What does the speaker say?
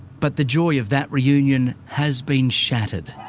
but the joy of that reunion has been shattered.